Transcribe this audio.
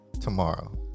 tomorrow